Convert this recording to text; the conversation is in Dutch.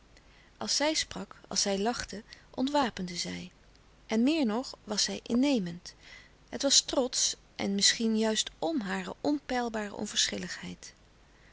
als zij sprak als zij lachte ontwapende zij en meer nog was zij innemend het was trots en misschien juist m hare onpeilbare onverschilligheid